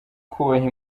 kubaha